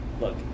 look